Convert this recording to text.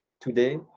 today